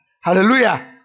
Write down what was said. Hallelujah